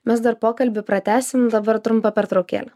mes dar pokalbį pratęsim dabar trumpa pertraukėlė